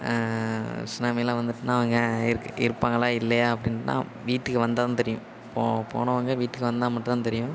சுனாமிலாம் வந்துட்டுன்னா அவங்க இருக் இருப்பாங்களா இல்லையா அப்படின்னா வீட்டுக்கு வந்தால் தான் தெரியும் போ போனவங்க வீட்டுக்கு வந்தால் மட்டும் தான் தெரியும்